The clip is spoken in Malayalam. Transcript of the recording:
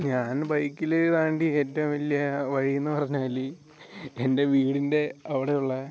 ഞാൻ ബൈക്കിൽ താണ്ടിയ ഏറ്റവും വലിയ വഴി എന്ന് പറഞ്ഞാൽ എൻ്റെ വീടിൻ്റെ അവിടെ ഉള്ള